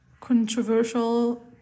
controversial